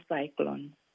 cyclone